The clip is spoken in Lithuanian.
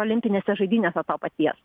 olimpinėse žaidynėse to paties